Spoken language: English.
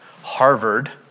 Harvard